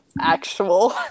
actual